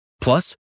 Plus